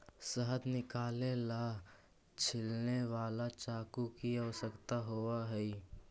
शहद निकाले ला छिलने वाला चाकू की आवश्यकता होवअ हई